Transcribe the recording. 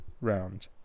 round